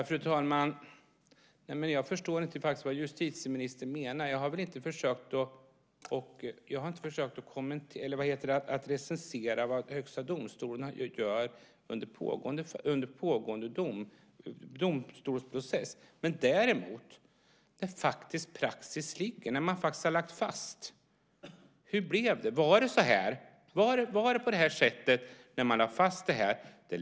Fru talman! Jag förstår faktiskt inte vad justitieministern menar. Jag har väl inte försökt att recensera vad Högsta domstolen gör under pågående domstolsprocess. Däremot handlar det om hur praxis ligger och vad man faktiskt har lagt fast. Hur blev det? Var det på det här sättet det skulle vara när man lade fast det hela?